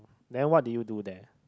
then what did you do there